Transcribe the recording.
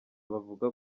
bavuga